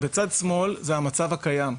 בצד שמאל, זה המצב הקיים.